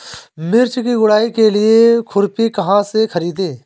मिर्च की गुड़ाई के लिए खुरपी कहाँ से ख़रीदे?